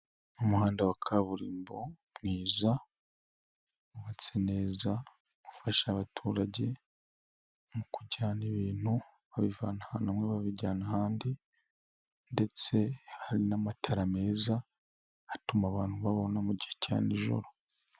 Umuhanda wa kaburimbo mwiza wubatse neza, ufasha abaturage mu kujyana ibintu babivana ahantu bamwe babijyana ahandi, ndetse hari n'amatara meza atuma abantu babona mu gihe cya nijoro.